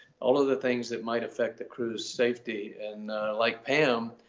all of the things that might affect the crew's safety and like pam,